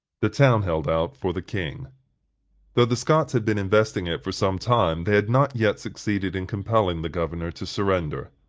the town held out for the king though the scots had been investing it for some time, they had not yet succeeded in compelling the governor to surrender